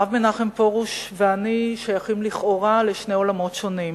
הרב מנחם פרוש ואני שייכים לכאורה לשני עולמות שונים.